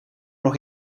nog